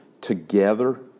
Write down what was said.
together